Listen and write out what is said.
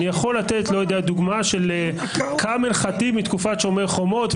אני יכול לתת דוגמה של כאמל ח'טיב מתקופת שומר חומות,